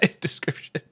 description